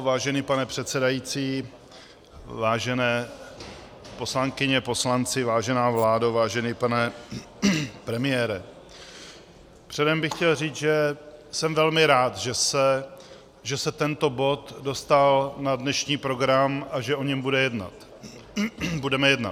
Vážený pane předsedající, vážené poslankyně, poslanci, vážená vládo, vážený pane premiére, předem bych chtěl říci, že jsem velmi rád, že se tento bod dostal na dnešní program a že o něm budeme jednat.